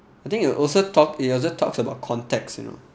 I think it will also talk it also talks about contacts you know